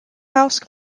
house